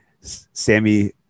Sammy